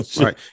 Right